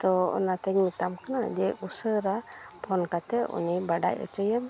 ᱛᱚ ᱚᱱᱟᱛᱤᱧ ᱢᱮᱛᱟᱢ ᱠᱟᱱᱟ ᱡᱮ ᱩᱥᱟᱹᱨᱟ ᱯᱷᱳᱱ ᱠᱟᱛᱮᱫ ᱩᱱᱤ ᱵᱟᱰᱟᱭ ᱦᱚᱪᱚᱭᱮᱢ